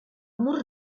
mur